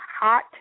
hot